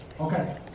Okay